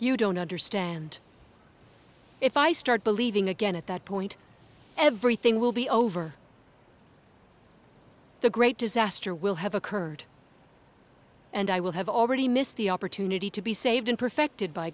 you don't understand if i start believing again at that point everything will be over the great disaster will have occurred and i will have already missed the opportunity to be saved and perfected by